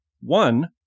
One